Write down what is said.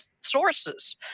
sources